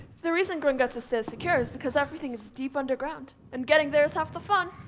the reason gringott's is so secure is because everything is deep underground and getting there is half the fun.